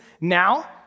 now